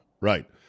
Right